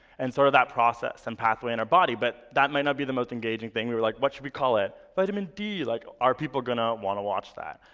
and sort of that process and pathway in our body. but that might not be the most engaging thing. we were, like, what should we call it? vitamin d like are people going to want to watch that?